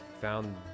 found